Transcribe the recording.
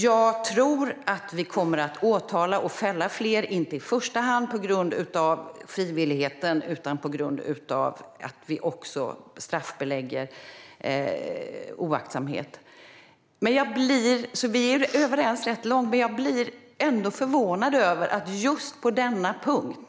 Jag tror att vi kommer att åtala och fälla fler, inte i första hand på grund av frivilligheten utan på grund av att vi också straffbelägger oaktsamhet. Vi är alltså överens rätt långt. Men jag blir ändå förvånad över hur det är just på denna punkt.